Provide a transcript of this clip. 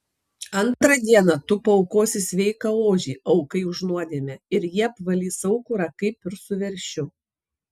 antrą dieną tu paaukosi sveiką ožį aukai už nuodėmę ir jie apvalys aukurą kaip ir su veršiu